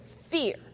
Fear